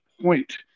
point